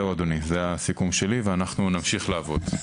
אדוני, זה הסיכום שלי, ואנחנו נמשיך לעבוד.